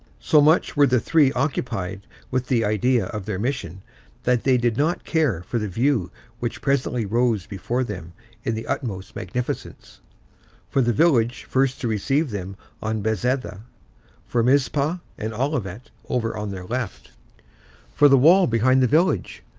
so much were the three occupied with the idea of their mission that they did not care for the view which presently rose before them in the utmost magnificence for the village first to receive them on bezetha for mizpah and olivet, over on their left for the wall behind the village,